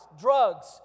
drugs